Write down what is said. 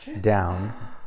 down